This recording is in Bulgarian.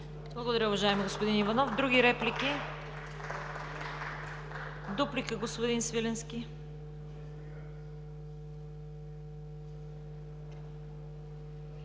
Благодаря, уважаеми господин Иванов. Други реплики? Дуплика, господин Свиленски.